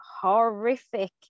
horrific